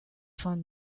von